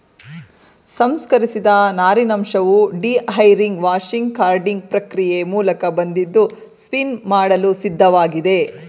ಸಂಸ್ಕರಿಸಿದ ನಾರಿನಂಶವು dehairing washing carding ಪ್ರಕ್ರಿಯೆ ಮೂಲಕ ಬಂದಿದ್ದು ಸ್ಪಿನ್ ಮಾಡಲು ಸಿದ್ಧವಾಗಿದೆ